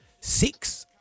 six